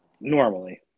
Normally